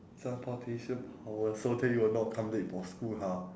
transportation power so that you will not come late for school lah